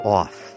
off